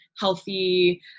healthy